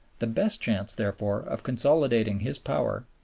the best chance, therefore, of consolidating his power,